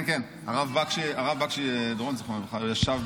מתן, שתה כוס מים, שלא ייתקע לך כמו